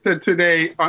today